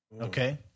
okay